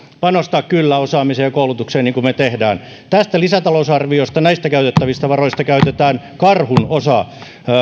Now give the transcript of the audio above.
panostaa kyllä osaamiseen ja koulutukseen niin kuin me teemme tästä lisätalousarviosta näistä käytettävistä varoista käytetään karhunosa